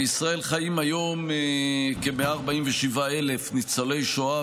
בישראל חיים היום כ-147,000 ניצולי שואה